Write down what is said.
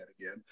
again